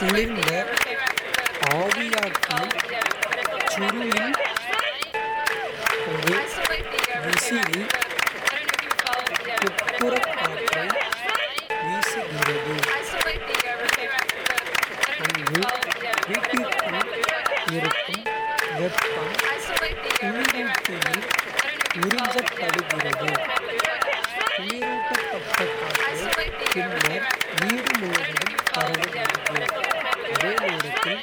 குளிர்ந்த ஆவியாக்கிச் சுருளில் ஒரு விசிறி உட்புறக். காற்றை வீசுகிறது அங்கு வீட்டிற்குள் இருக்கும் வெப்பம். குளிரூட்டியில் உறிஞ்சப்படுகிறது குளிரூட்டப்பட்ட. காற்று பின்னர் வீடு முழுவதும் பரவுகிறது. அதே நேரத்தில்